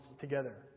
together